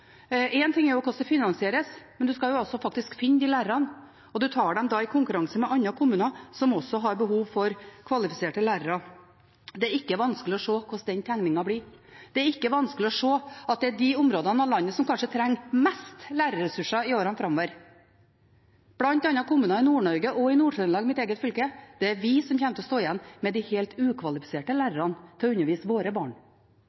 En ting er hvordan det finansieres, men en skal faktisk også finne de lærerne. En tar dem da i konkurranse med andre kommuner, som også har behov for kvalifiserte lærere. Det er ikke vanskelig å se hvordan den tegningen blir. Det er ikke vanskelig å se at det er de områdene av landet som kanskje trenger mest lærerressurser i årene framover, bl.a. kommuner i Nord-Norge og i Nord-Trøndelag – mitt eget fylke – som kommer til å stå igjen med de helt ukvalifiserte lærerne til å undervise våre barn.